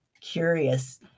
Curious